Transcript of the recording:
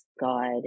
God